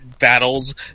battles